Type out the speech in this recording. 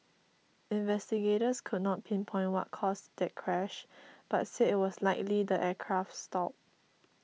investigators could not pinpoint what caused that crash but said it was likely the aircraft stall